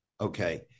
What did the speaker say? Okay